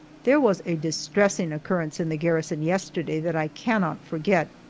there was a distressing occurrence in the garrison yesterday that i cannot forget.